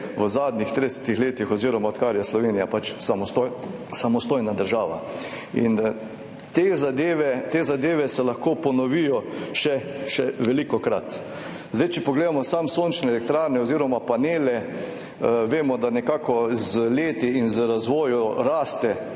v zadnjih 30 letih oziroma odkar je Slovenija samostojna država. Te zadeve se lahko ponovijo še velikokrat. Če pogledamo samo sončne elektrarne oziroma panele, vemo, da nekako z leti in z razvojem raste